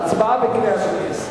ההצבעה בקריאה שנייה.